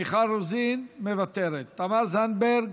מיכל רוזין, מוותרת, תמר זנדברג,